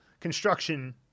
construction